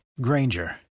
granger